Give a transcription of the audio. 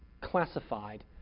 classified